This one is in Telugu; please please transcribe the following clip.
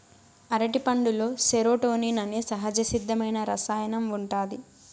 అరటిపండులో సెరోటోనిన్ అనే సహజసిద్ధమైన రసాయనం ఉంటాది